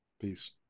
Peace